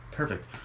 Perfect